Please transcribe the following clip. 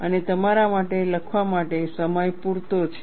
અને તમારા માટે લખવા માટે સમય પૂરતો છે